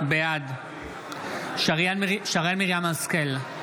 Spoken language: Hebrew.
בעד שרן מרים השכל,